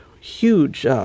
huge